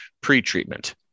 pre-treatment